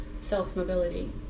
self-mobility